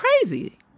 crazy